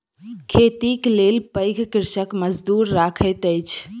खेतीक लेल पैघ कृषक मजदूर रखैत अछि